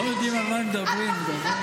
הם לא יודעים על מה הם מדברים, באמת.